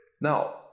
now